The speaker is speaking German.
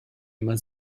immer